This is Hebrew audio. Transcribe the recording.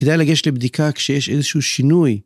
כדאי לגשת לבדיקה כשיש איזשהו שינוי.